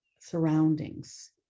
surroundings